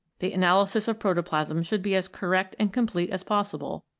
the analysis of protoplasm should be as correct and complete as possible,